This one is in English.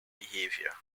behavior